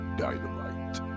dynamite